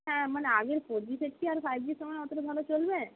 হ্যাঁ মানে আগের ফোর জি সেট কি আর ফাইভজির সময়ে অতটা ভালো চলবে